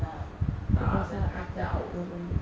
ya